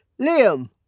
Liam